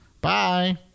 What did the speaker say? Bye